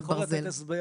אני יכול לתת הסבר,